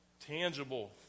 tangible